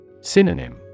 Synonym